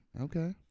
Okay